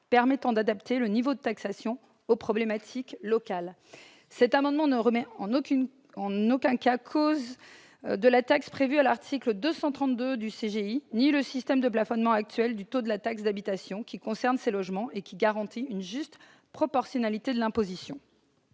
permettant d'adapter le niveau de taxation aux problématiques locales. Cet amendement ne remet en cause ni la taxe prévue à l'article 232 du code général des impôts ni le système de plafonnement actuel du taux de la taxe d'habitation, qui concerne ces logements et qui garantit une juste proportionnalité de l'imposition.